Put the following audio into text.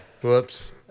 Whoops